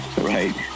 right